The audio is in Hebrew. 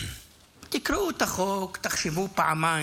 תקראו את החוק, תחשבו פעמיים.